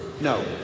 No